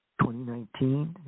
2019